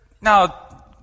now